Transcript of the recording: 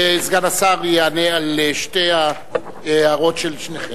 וסגן השר יענה על שתי ההערות של שניכם.